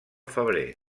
febrer